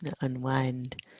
unwind